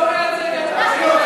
ההצעה להעביר את הצעת חוק יום לציון